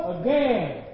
again